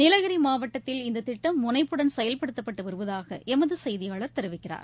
நீலகிரி மாவட்டத்தில் இந்த திட்டம் முனைப்புடன் செயல்படுத்தப்பட்டு வருவதாக எமது செய்தியாளர் தெரிவிக்கிறார்